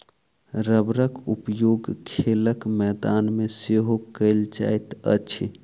रबड़क उपयोग खेलक मैदान मे सेहो कयल जाइत अछि